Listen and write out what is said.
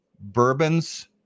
bourbons